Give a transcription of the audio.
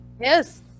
Yes